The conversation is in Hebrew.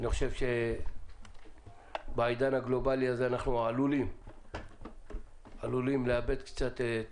אני חושב שבעידן הגלובאלי הזה אנחנו עלולים לאבד קצת את